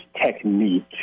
technique